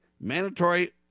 mandatory